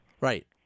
Right